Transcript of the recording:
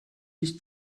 ist